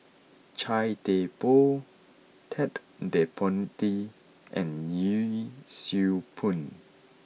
Chia Thye Poh Ted De Ponti and Yee Siew Pun